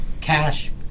cash